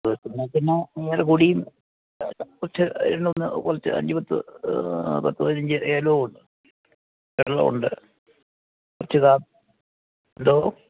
personally നോക്കുന്ന ആ വില കൂടിയും കുറച്ച് ഇരുന്നൂറിന് കുറച്ച് അഞ്ച് പത്ത് പത്ത് പതിനഞ്ച് ഏലവും ഉണ്ട് വെള്ളവുമുണ്ട് ഇച്ചിരി എന്തോ